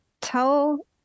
tell